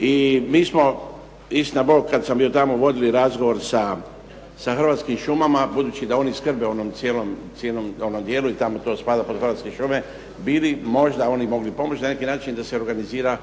I mi smo istina bog kad sam bio tamo, vodili razgovor sa Hrvatskim šumama, budući da oni skrbe o cijelom onom dijelu i tamo to spada pod Hrvatske šume, bili oni možda mogli pomoći na neki način da se organizira